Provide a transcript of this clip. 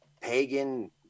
pagan